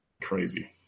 Crazy